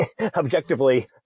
objectively